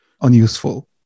unuseful